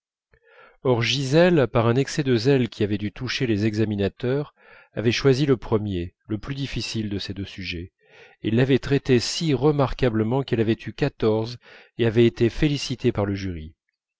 or gisèle par un excès de zèle qui avait dû toucher les examinateurs avait choisi le premier le plus difficile de ces deux sujets et l'avait traité si remarquablement qu'elle avait eu quatorze et avait été félicitée par le jury